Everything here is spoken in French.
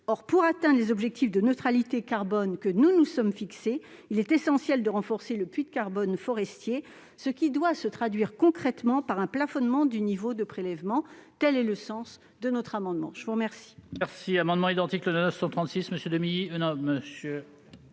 Or, pour atteindre les objectifs de neutralité carbone que nous nous sommes fixés, il est essentiel de renforcer le puits de carbone forestier, ce qui doit se traduire concrètement par un plafonnement du niveau de prélèvements. Tel est le sens de notre amendement. La parole